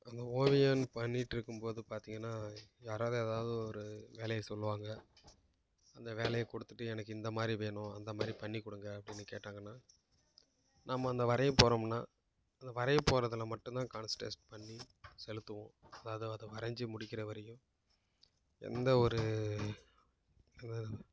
அந்த ஓவியோன்னு பண்ணிட்டுருக்கும்போது பார்த்தீங்கன்னா யாராவது எதாவது ஒரு வேலையை சொல்லுவாங்க அந்த வேலையை கொடுத்துட்டு எனக்கு இந்த மாதிரி வேணும் அந்த மாதிரி பண்ணி கொடுங்க அப்படின்னு கேட்டாங்கன்னா நம்ம இந்த வரையை போறோமுன்னா அந்த வரையை போகிறதுல மட்டும் தான் கானுஸ்ட்ரேஷ் பண்ணி செலுத்துவோம் அதை அதை வரஞ்சு முடிக்கின்ற வரைக்கும் எந்த ஒரு